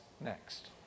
next